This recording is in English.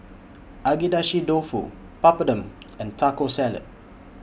Agedashi Dofu Papadum and Taco Salad